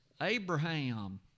Abraham